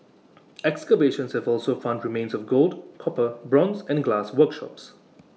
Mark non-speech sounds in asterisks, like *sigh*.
*noise* excavations have also found remains of gold copper bronze and glass workshops